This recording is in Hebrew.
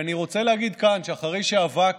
אני רוצה להגיד כאן שאחרי שאבק